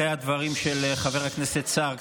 אחרי הדברים של חבר הכנסת סער,